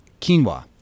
quinoa